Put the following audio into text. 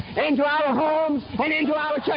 and into our homes, and into our churches.